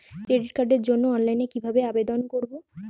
Credit কার্ডের জন্য অনলাইনে কিভাবে আবেদন করব?